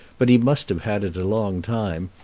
but he must have had it a long time,